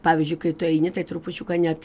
pavyzdžiui kai tu eini tai trupučiuką net